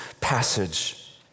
passage